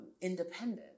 independent